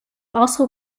also